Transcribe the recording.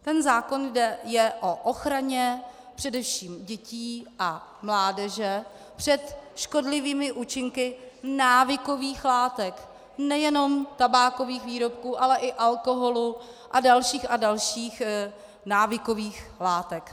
Ten zákon je o ochraně především dětí a mládeže před škodlivými účinky návykových látek, nejenom tabákových výrobků, ale i alkoholu a dalších a dalších návykových látek.